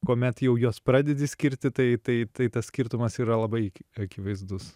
kuomet jau juos pradedi skirti tai tai tai tas skirtumas yra labai akivaizdus